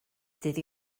ddydd